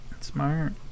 smart